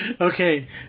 Okay